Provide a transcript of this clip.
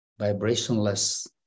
vibrationless